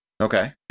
Okay